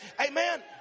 Amen